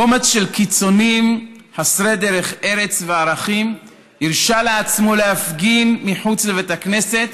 קומץ של קיצונים חסרי דרך ארץ וערכים הרשה לעצמו להפגין מחוץ לבית הכנסת